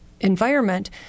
environment